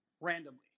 randomly